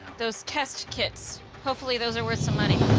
those test kits hopefully those are worth some money.